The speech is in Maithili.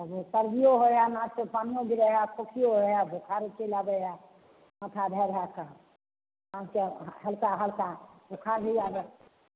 सर्दी होइ हइ नाक से पानिओ गिरै हइ खोखीओ होइ हइ बोखार से लागै हइ माथा धै धै के हल्का हल्का बोखार भी आ हइ